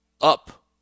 up